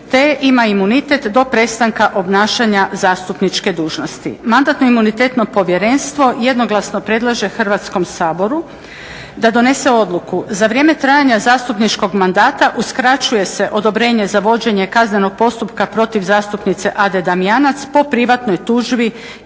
te ima imunitet do prestanka obnašanja zastupničke dužnosti. Mandatno imunitetno povjerenstvo jednoglasno predlaže Hrvatskom saboru da donese odluku, za vrijeme trajanja zastupničkog mandata uskraćuje se odobrenje za vođenje kaznenog postupka protiv zastupnice Ade Damjanac po privatnoj tužbi